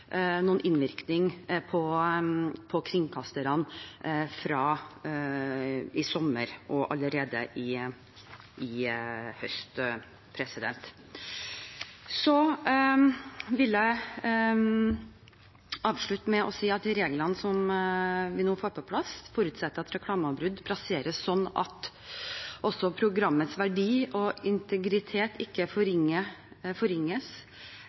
noen innvirkning på kringkasterne allerede fra i sommer og i høst. Jeg vil avslutte med å si at de reglene som vi nå får på plass, forutsetter at reklameavbrudd plasseres slik at programmets verdi og integritet ikke